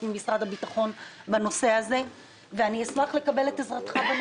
ממשרד הביטחון בנושא הזה ואני אשמח לקבל את עזרתך.